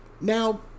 Now